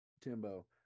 Timbo